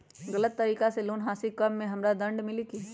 गलत तरीका से लोन हासिल कर्म मे हमरा दंड मिली कि?